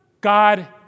God